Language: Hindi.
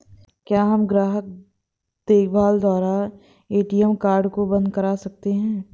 क्या हम ग्राहक देखभाल द्वारा ए.टी.एम कार्ड को बंद करा सकते हैं?